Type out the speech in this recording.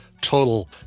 total